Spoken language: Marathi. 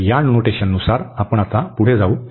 तर या नोटेशननुसार आपण आता पुढे जाऊ